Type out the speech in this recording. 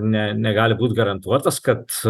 ne negal būti garantuotas kad